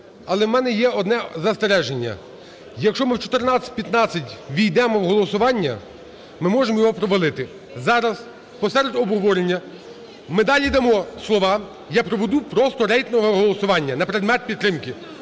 Але в мене є одне застереження. Якщо ми в 14:15 увійдемо в голосування, ми можемо його провалити. Зараз, посеред обговорення ми далі дамо слова, я проведу просто рейтингове голосування на предмет підтримки,